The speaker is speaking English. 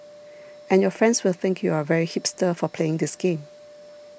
and your friends will think you are very hipster for playing this game